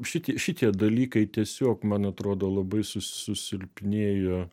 šit šitie dalykai tiesiog man atrodo labai su susilpnėjo